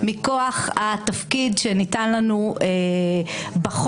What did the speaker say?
מכוח התפקיד שניתן לנו בחוק.